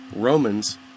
Romans